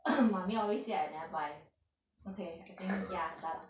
mummy always say I never buy okay I think ya done